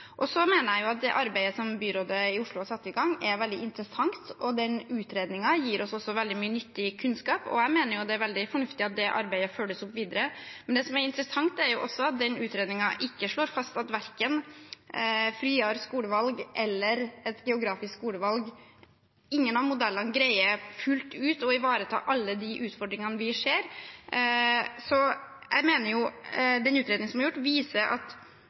Jeg mener at det arbeidet som byrådet i Oslo har satt i gang, er veldig interessant, og den utredningen gir oss også veldig mye nyttig kunnskap. Jeg mener det er veldig fornuftig at det arbeidet følges opp videre. Det som også er interessant, er at denne utredningen ikke slår fast at verken friere skolevalg eller et geografisk styrt skolevalg – ingen av modellene – fullt ut greier å ivareta alle de utfordringene vi ser. Jeg mener at den utredningen som er gjort, viser at